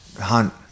Hunt